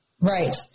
Right